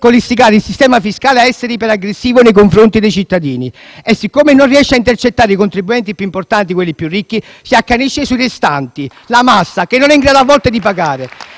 con istigare il sistema fiscale a essere iperaggressivo nei confronti dei cittadini e, siccome non riesce a intercettare i contribuenti più importanti e più ricchi, si accanisce sui restanti, la massa, la quale non è in grado a volte di pagare.